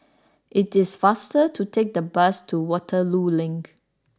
it is faster to take the bus to Waterloo Link